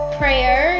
prayer